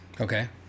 Okay